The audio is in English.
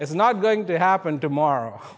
it's not going to happen tomorrow